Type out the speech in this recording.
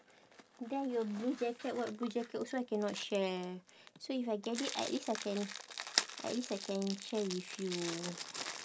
then your blue jacket what blue jacket also I cannot share so if I get it at least I can at least I can share with you